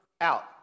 out